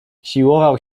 siłował